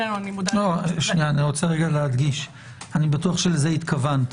אני בטוח שלזה התכוונת.